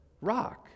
rock